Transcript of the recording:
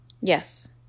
yes